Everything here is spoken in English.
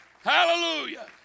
Hallelujah